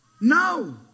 No